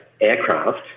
aircraft